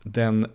den